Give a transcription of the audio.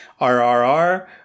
RRR